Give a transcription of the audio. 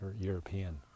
European